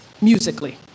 Musically